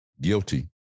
guilty